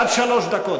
עד שלוש דקות.